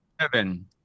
Seven